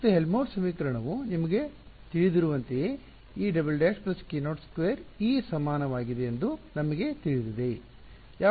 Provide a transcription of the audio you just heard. ಮತ್ತು ಹೆಲ್ಮ್ಹೋಲ್ಟ್ಜ್ ಸಮೀಕರಣವು ನಿಮಗೆ ತಿಳಿದಿರುವಂತೆಯೇ E′′ k02E ಸಮಾನವಾಗಿದೆ ಎಂದು ನಮಗೆ ತಿಳಿದಿದೆ ಯಾವುದಕ್ಕೆ ಸಮ